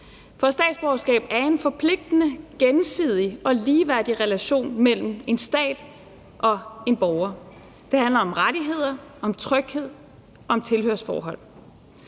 For et statsborgerskab er en forpligtende gensidig og ligeværdig relation mellem en stat og en borger. Det handler om rettigheder, om tryghed og om tilhørsforhold,